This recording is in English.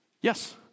yes